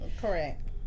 Correct